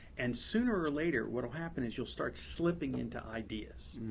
and sooner or later what will happen is you'll start slipping into ideas.